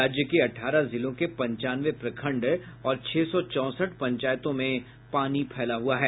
राज्य के अठारह जिलों के पंचानवे प्रखंड और छह सौ चौसठ पंचायतों में पानी फैला हुआ है